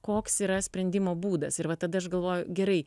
koks yra sprendimo būdas ir va tada aš galvoju gerai